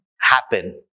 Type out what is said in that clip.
happen